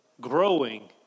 Growing